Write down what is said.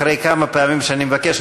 אחרי כמה פעמים שאני מבקש,